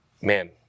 man